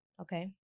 Okay